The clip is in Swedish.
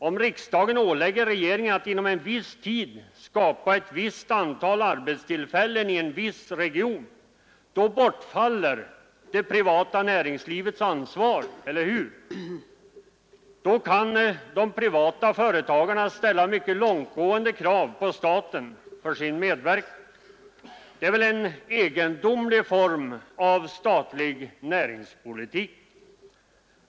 Om riksdagen ålägger regeringen att inom viss tid skapa ett visst antal arbetstillfällen i en viss region, bortfaller det privata näringslivets ansvar — eller hur? Då kan de privata företagarna ställa mycket långtgående krav på staten för sin medverkan. Det är väl en egendomlig form av statlig näringspolitik!